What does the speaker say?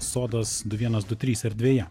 sodas du vienas du trys erdvėje